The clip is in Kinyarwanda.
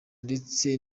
ndetse